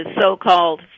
so-called